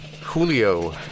Julio